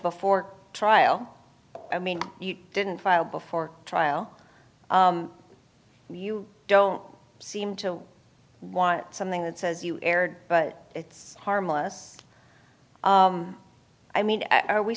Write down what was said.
before trial i mean you didn't file before trial you don't seem to want something that says you erred but it's harm us i mean are we